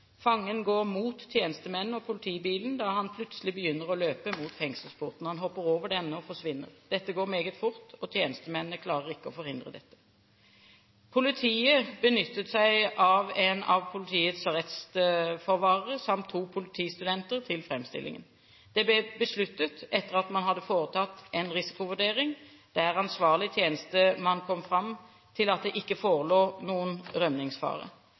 Fangen går mot tjenestemennene og politibilen da han plutselig begynner å løpe mot fengselsporten. Han hopper over denne og forsvinner. Dette går meget fort, og tjenestemennene klarer ikke å forhindre dette. Politiet benyttet seg av en av politiets arrestforvarere samt to politistudenter til framstillingen. Dette ble besluttet etter at man hadde foretatt en risikovurdering, der ansvarlig tjenestemann kom fram til at det ikke forelå noen rømningsfare.